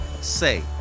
Say